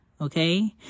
Okay